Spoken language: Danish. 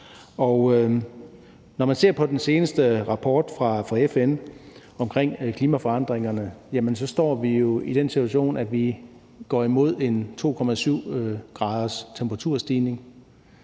Når man ser på den seneste rapport fra FN om klimaforandringerne, står vi jo i den situation, at vi går imod en 2,7 graders temperaturstigning.